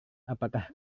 apakah